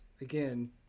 again